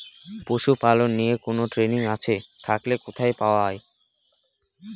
পশুপালন নিয়ে কোন ট্রেনিং আছে থাকলে কোথায় পাওয়া য়ায়?